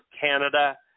Canada